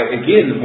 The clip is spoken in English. again